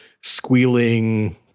squealing